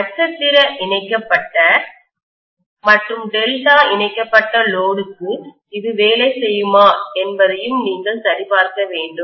நட்சத்திர இணைக்கப்பட்ட மற்றும் டெல்டா இணைக்கப்பட்ட லோடுக்கு இது வேலை செய்யுமா என்பதையும் நீங்கள் சரிபார்க்க வேண்டும்